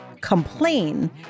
complain